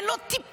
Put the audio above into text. אין לו טיפה,